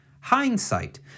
hindsight